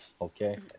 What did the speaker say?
okay